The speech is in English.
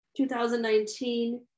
2019